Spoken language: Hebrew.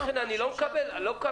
לכן אני לא מקבל עמדה,